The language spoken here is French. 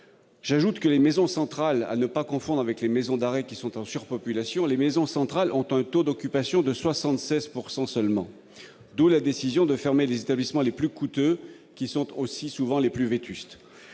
J'ajoute que les maisons centrales, à ne pas confondre avec les maisons d'arrêt, qui sont en effet surpeuplées, ont un taux d'occupation de 76 % seulement, d'où la décision de fermer les établissements les plus coûteux, qui sont souvent aussi les plus vétustes.